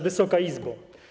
Wysoka Izbo!